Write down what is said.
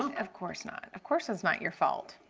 of course not. of course it's not your fault.